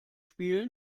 spielen